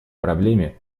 проблеме